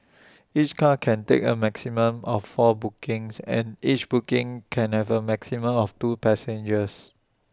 each car can take A maximum of four bookings and each booking can have A maximum of two passengers